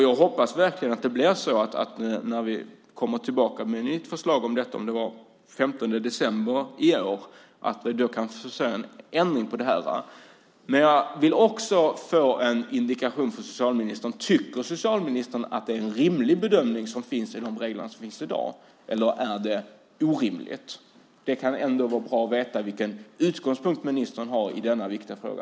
Jag hoppas verkligen att vi när det kommer ett nytt förslag, den 15 december i år, kan få se en ändring. Jag vill också få en indikation från socialministern om han tycker att det är en rimlig bedömning som har gjorts för reglerna i dag - eller är de orimliga? Det kan vara bra att veta vilken utgångspunkt ministern har i denna viktiga fråga.